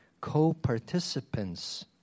co-participants